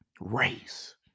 race